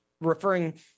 referring